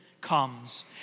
comes